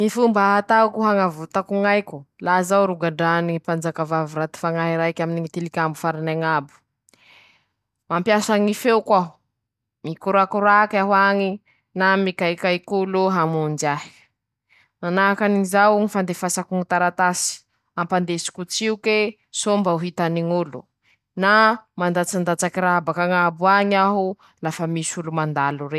Sahala amizao ñy tohiny rehadrehaky toy :-"Reko iha fa nahazo fisondrota ma maharitsy zao, nanao akory ñy nahavitanao anizao lahy ?la falya loha aho nahare ñ'azy, nahavita bevat'eha, mañanteña aho, fa hañampy anao zay, aminy ñy dinga mañaraky".